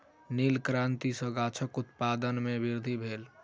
नील क्रांति सॅ माछक उत्पादन में वृद्धि भेल